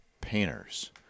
painters